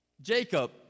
Jacob